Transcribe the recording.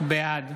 בעד